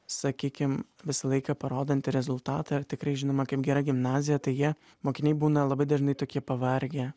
sakykim visą laiką parodanti rezultatą ir tikrai žinome kaip gera gimnazija tai jie mokiniai būna labai dažnai tokie pavargę